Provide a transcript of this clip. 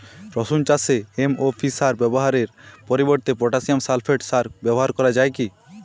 রসুন চাষে এম.ও.পি সার ব্যবহারের পরিবর্তে পটাসিয়াম সালফেট সার ব্যাবহার করা যায় কি?